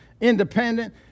independent